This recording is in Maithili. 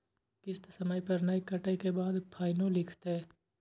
किस्त समय पर नय कटै के बाद फाइनो लिखते?